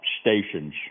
stations